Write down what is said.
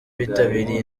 bitabiriye